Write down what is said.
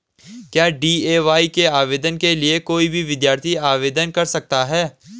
क्या डी.ए.वाय के आवेदन के लिए कोई भी विद्यार्थी आवेदन कर सकता है?